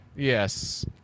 Yes